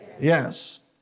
Yes